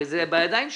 זה הרי בידיים שלכם.